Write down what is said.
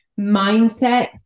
mindset